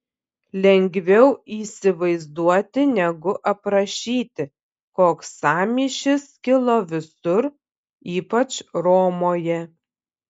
lengviau įsivaizduoti negu aprašyti koks sąmyšis kilo visur ypač romoje